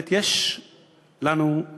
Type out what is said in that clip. זאת אומרת, יש לנו בעיה.